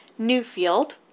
Newfield